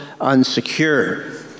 unsecure